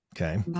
okay